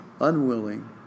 unwilling